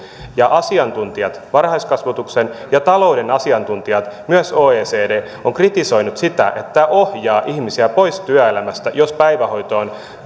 ja asiantuntijat varhaiskasvatuksen ja talouden asiantuntijat myös oecd ovat kritisoineet sitä että tämä ohjaa ihmisiä pois työelämästä jos päivähoitoon